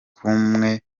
nk’umwe